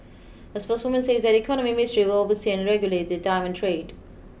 a spokeswoman says that the Economy Ministry will oversee and regulate the diamond trade